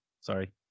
sorry